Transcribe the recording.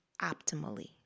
optimally